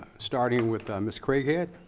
starting with um ms. craighead.